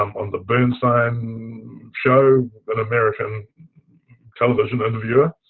um and bernstein show. an american television interviewer.